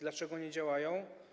Dlaczego nie działają?